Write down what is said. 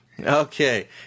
Okay